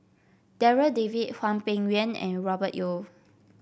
Darryl David Hwang Peng Yuan and Robert Yeo